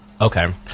Okay